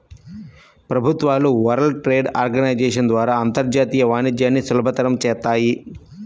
ప్రభుత్వాలు World Trade Organization ద్వారా అంతర్జాతీయ వాణిజ్యాన్ని సులభతరం చేత్తాయి